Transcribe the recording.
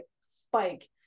spike